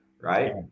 right